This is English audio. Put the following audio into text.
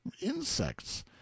insects